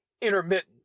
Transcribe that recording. intermittent